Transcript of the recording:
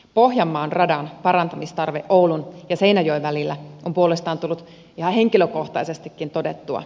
pohjanmaan radan parantamistarve oulun ja seinäjoen välillä on puolestaan tullut ihan henkilökohtaisestikin todettua